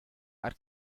are